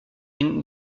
une